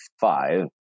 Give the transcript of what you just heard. five